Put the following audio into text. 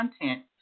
content